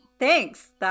Thanks